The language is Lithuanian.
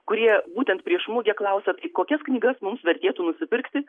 kurie būtent prieš mugę klausia tai kokias knygas mums vertėtų nusipirkti